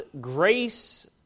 grace